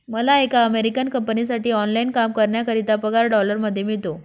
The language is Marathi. मला एका अमेरिकन कंपनीसाठी ऑनलाइन काम करण्याकरिता पगार डॉलर मध्ये मिळतो